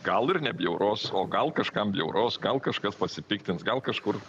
gal ir nebjauros o gal kažkam bjauraus gal kažkas pasipiktins gal kažkur